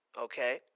okay